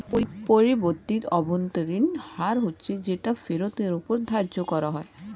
পরিবর্তিত অভ্যন্তরীণ হার হচ্ছে যেটা ফেরতের ওপর ধার্য করা হয়